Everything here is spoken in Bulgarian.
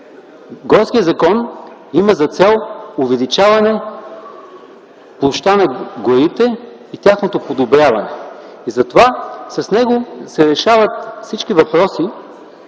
горският закон има за цел увеличаване площта на горите и тяхното подобряване. Затова с него се решават всички въпроси,